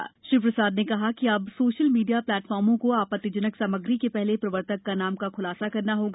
श्री रवि शंकर प्रसाद ने कहा कि अब सोशल मीडिया प्लेटफार्मो को आ तिजनक सामग्री के हले प्रवर्तक का खुलासा करना होगा